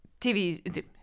tv